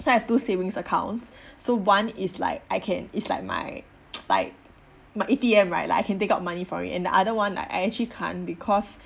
so I have two savings accounts so one is like I can is like my like my ATM right like I can take out money from it and the other one like I actually can't because